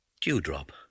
Dewdrop